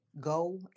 go